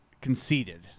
conceded